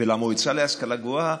ולמועצה להשכלה גבוהה,